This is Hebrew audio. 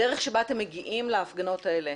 הדרך שבה אתם מגיעים להפגנות האלה